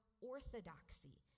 orthodoxy